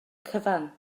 cyfan